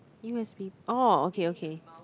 U_B_S orh okay okay